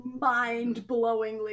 mind-blowingly